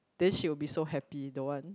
then she'll be so happy don't want